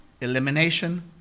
elimination